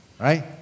right